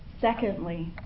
Secondly